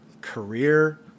career